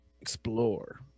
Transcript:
explore